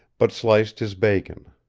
but sliced his bacon.